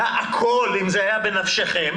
אם זה היה בנפשכם